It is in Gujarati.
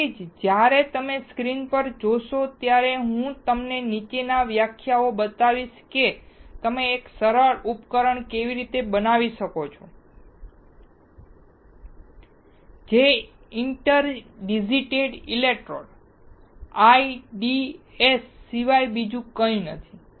તેથી જ જ્યારે તમે સ્ક્રીન જોશો ત્યારે હું તમને નીચેના વ્યાખ્યાનોમાં બતાવીશ કે તમે એક સરળ ઉપકરણ કેવી રીતે બનાવી શકો છો જે ઇન્ટર ડિજિટેટેડ ઇલેક્ટ્રોડ્સ IDEs સિવાય બીજું કંઈ નથી